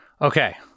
Okay